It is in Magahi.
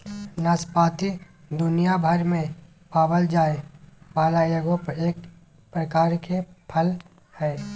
नाशपाती दुनियाभर में पावल जाये वाला एगो प्रकार के फल हइ